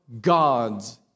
God's